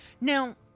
Now